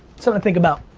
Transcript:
so to think about.